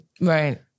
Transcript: Right